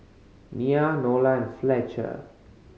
Nya Nola and Fletcher